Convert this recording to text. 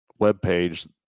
webpage